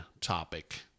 topic